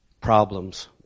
problems